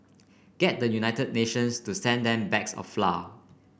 get the United Nations to send them bags of flour